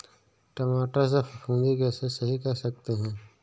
टमाटर से फफूंदी कैसे सही कर सकते हैं?